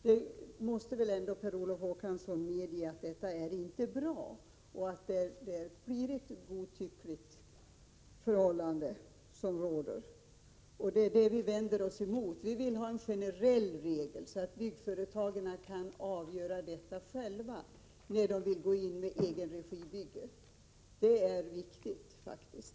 Per Olof Håkansson måste väl ändå medge att detta inte är bra och att det kan bli fråga om godtycke. Vi vänder oss emot detta. Vi vill i stället ha en generell regel, så att byggföretagen själva kan avgöra när de skall bygga i egen regi. Detta är faktiskt viktigt.